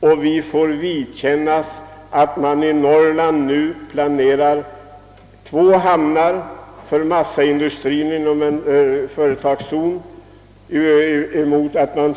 Ett exempel härpå skulle vara att man inom en företagszon i Norrland planerar att ersätta ett flertal hamnar inom denna zon med endast två.